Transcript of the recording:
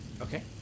Okay